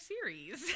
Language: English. series